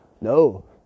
No